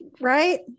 Right